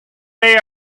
they